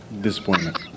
Disappointment